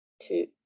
two